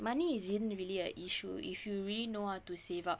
money isn't really a issue if you really know how to save up